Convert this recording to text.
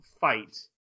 fight